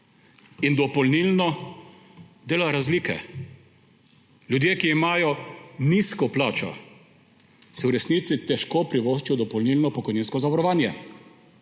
in dopolnilno dela razlike. Ljudje, ki imajo nizko plačo, si v resnici težko privoščijo dopolnilno pokojninsko zavarovanje,